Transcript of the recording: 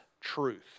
truth